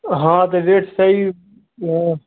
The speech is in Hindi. हँ तो रेट सही अँ